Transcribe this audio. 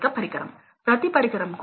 మరియు మీరు ఇక్కడ 2